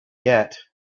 yet